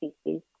species